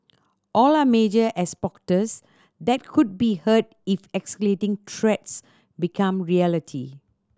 all are major exporters that could be hurt if escalating threats become reality